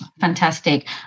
Fantastic